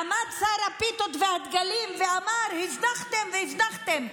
עמד שר הפיתות והדגלים ואמר: הבטחתם והבטחתם.